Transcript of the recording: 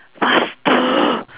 faster